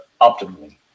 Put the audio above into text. optimally